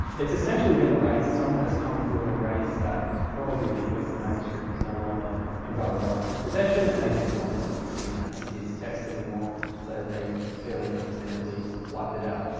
it's essentially been erased someone has come through and erase that probably because the manuscript was no longer in brother lawrence's possession and they didn't want it to be seen as his text anymore so they fairly understandably wiped it out.